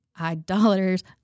idolaters